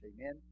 amen